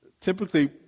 typically